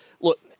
look